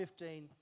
15